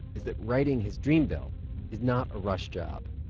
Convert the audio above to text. is that writing his dream bill is not a rush job.